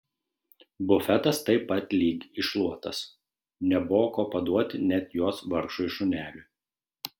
bufetas taip pat lyg iššluotas nebuvo ko paduoti net jos vargšui šuneliui